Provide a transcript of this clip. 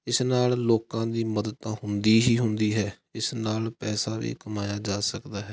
ਇਸ ਨਾਲ ਲੋਕਾਂ ਦੀ ਮਦਦ ਤਾਂ ਹੁੰਦੀ ਹੀ ਹੁੰਦੀ ਹੈ ਇਸ ਨਾਲ ਪੈਸਾ ਵੀ ਕਮਾਇਆ ਜਾ ਸਕਦਾ ਹੈ